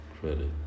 credit